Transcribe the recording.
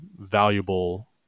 valuable